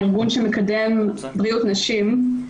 הארגון שמקדם בריאות נשים,